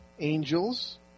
angels